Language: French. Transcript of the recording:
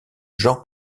jean